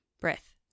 breath